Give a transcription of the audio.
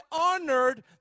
honored